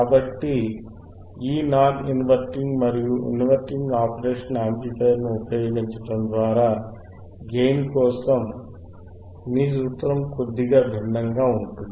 కాబట్టి ఈ non inverting మరియు ఇన్వర్టింగ్ ఆపరేషనల్ యాంప్లిఫైయర్ను ఉపయోగించడం ద్వారా గెయిన్ కోసం మీ సూత్రం కొద్దిగా భిన్నంగా ఉంటుంది